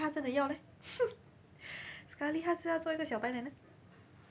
他真的要 leh (ppo） sekali 他是要做一个小白脸 leh